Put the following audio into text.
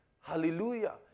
Hallelujah